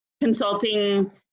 consulting